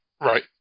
right